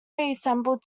reassembled